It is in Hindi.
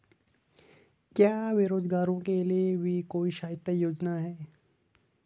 क्या बेरोजगारों के लिए भी कोई सहायता योजना है?